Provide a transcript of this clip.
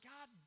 God